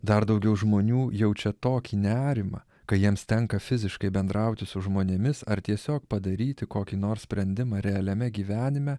dar daugiau žmonių jaučia tokį nerimą kai jiems tenka fiziškai bendrauti su žmonėmis ar tiesiog padaryti kokį nors sprendimą realiame gyvenime